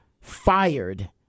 fired